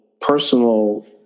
personal